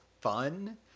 fun